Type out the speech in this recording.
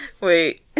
Wait